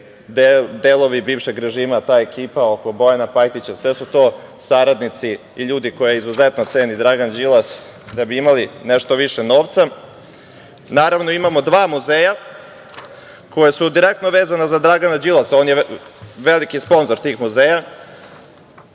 delovi bivšeg režima, ta ekipa oko Bojana Pajtića, sve su to saradnici i ljudi koje izuzetno ceni Dragan Đilas, da bi imali nešto više novca. Naravno, imamo dva muzeja koja su direktno vezana za Dragana Đilasa, on je veliki sponzor tih muzeja.